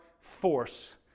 force